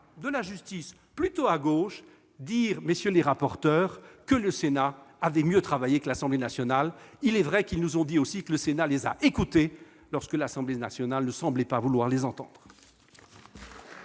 de la justice plutôt marqués à gauche déclarer que le Sénat avait mieux travaillé que l'Assemblée nationale ! Il est vrai qu'ils nous ont dit aussi que le Sénat les avait écoutés alors que l'Assemblée nationale ne semblait pas vouloir les entendre